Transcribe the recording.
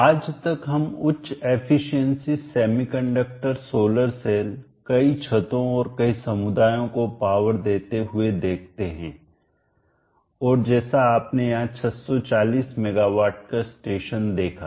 आज तक हम उच्च एफिशिएंसी सेमीकंडक्टर सोलर सेल कई छतों और कई समुदायों को पावर देते हुए देखते हैं और जैसा आपने यहां 640 मेगावाट का स्टेशन देखा